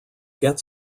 get